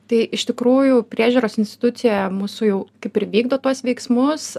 tai iš tikrųjų priežiūros institucija mūsų jau kaip ir vykdo tuos veiksmus